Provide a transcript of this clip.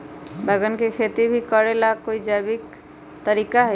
बैंगन के खेती भी करे ला का कोई जैविक तरीका है?